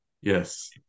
yes